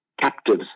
captives